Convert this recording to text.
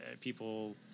people